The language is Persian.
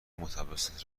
متوسط